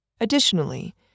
Additionally